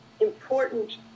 important